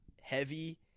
heavy